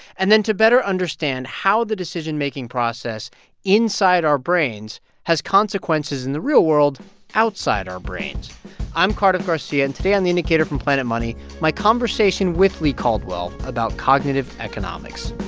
and then to better understand how the decision-making process inside our brains has consequences in the real world outside our brains i'm cardiff garcia, and today on the indicator from planet money, my conversation with leigh caldwell about cognitive economics